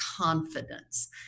confidence